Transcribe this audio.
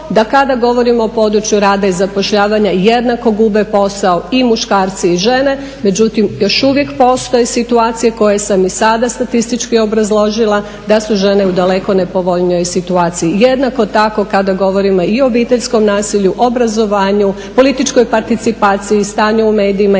da kada govorimo o području rada i zapošljavanja jednako gube posao i muškarci i žene, međutim još uvijek postoje situacije koje sam i sada statistički obrazložila da su žene u daleko nepovoljnijoj situaciji. Jednako tako kada govorimo i o obiteljskom nasilju, obrazovanju, političkoj participaciji, stanju u medijima